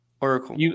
Oracle